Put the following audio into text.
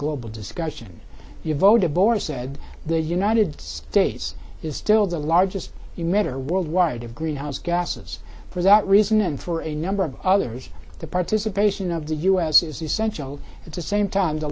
global discussion you voted bore said the united states is still the largest emitter worldwide of greenhouse gases for that reason and for a number of others the participation of the u s is essential at the same time the